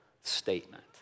statement